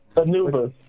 Anubis